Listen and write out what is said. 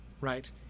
right